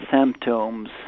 symptoms